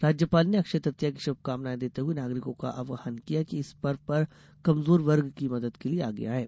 राज्यपाल ने अक्षय तृतीया की श्भकामनाएँ देते हुए नागरिकों का आव्हान किया कि इस पर्व पर कमजोर वर्ग की मदद के लिये आगे आएँ